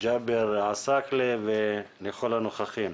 ג'אבר עסאקלה ולכל הנוכחים.